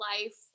life